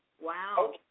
wow